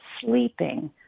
sleeping